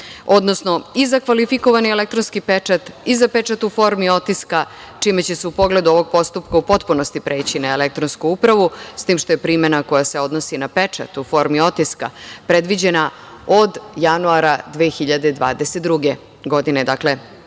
odnosno i za kvalifikovani elektronski pečat i za pečat u formi otiska, čime će se u pogledu ovog postupka u potpunosti preći na elektronsku upravu, s tim što je primena koja se odnosi na pečat u formi otiska predviđena od januara 2022. godine,